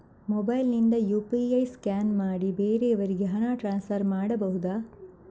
Mobile ನಿಂದ UPI scan ಮಾಡಿ ಬೇರೆಯವರಿಗೆ ಹಣ ಟ್ರಾನ್ಸ್ಫರ್ ಮಾಡಬಹುದ?